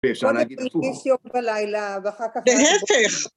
בואו נגיד שיש יום ולילה, ואחר כך... בהפך!